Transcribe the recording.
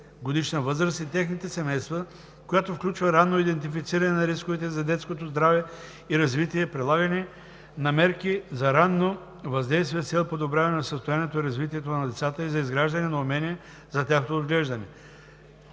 7-годишна възраст и техните семейства, която включва ранно идентифициране на рисковете за детското здраве и развитие, прилагане на мерки за ранно въздействие с цел подобряване на състоянието и развитието на децата и за изграждане на умения за тяхното отглеждане.